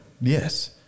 Yes